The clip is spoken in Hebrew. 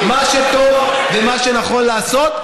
אני בעד מה שטוב ומה שנכון לעשות,